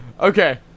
Okay